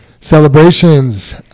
Celebrations